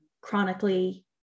chronically